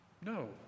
No